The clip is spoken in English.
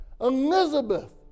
Elizabeth